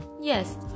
Yes